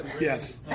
Yes